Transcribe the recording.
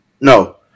No